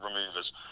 removers